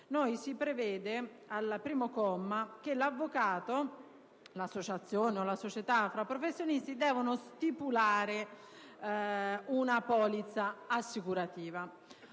si prevede che l'avvocato, l'associazione o la società fra professionisti devono stipulare una polizza assicurativa.